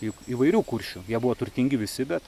juk įvairių kuršių jie buvo turtingi visi bet